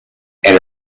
and